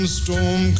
storm